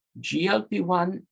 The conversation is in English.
GLP-1